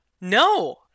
No